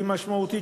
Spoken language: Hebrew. שהיא משמעותית,